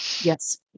Yes